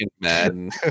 Madden